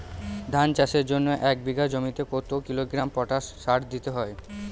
ধান চাষের জন্য এক বিঘা জমিতে কতো কিলোগ্রাম পটাশ সার দিতে হয়?